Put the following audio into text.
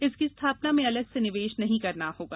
इसकी स्थापना में अलग से निवेश नहीं करना होगा